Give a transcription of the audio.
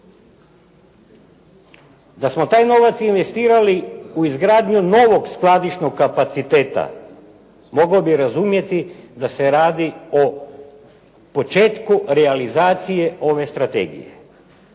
Da smo taj novac investirali u izgradnju novog skladišnog kapaciteta mogao bi razumjeti da se radi o početku realizacije ove strategije.